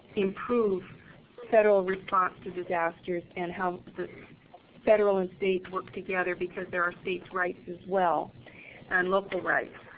improve federal response to disasters and how the federal and state work together because they are state's rights as well and local rights.